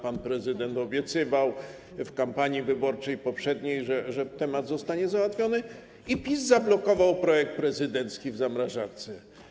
Pan prezydent obiecywał w kampanii wyborczej poprzedniej, że sprawa zostanie załatwiona, a PiS zablokował projekt prezydencki w zamrażarce.